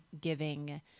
giving